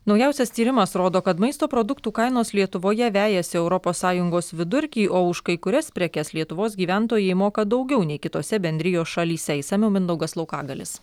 naujausias tyrimas rodo kad maisto produktų kainos lietuvoje vejasi europos sąjungos vidurkį o už kai kurias prekes lietuvos gyventojai moka daugiau nei kitose bendrijos šalyse išsamiau mindaugas laukagalis